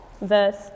verse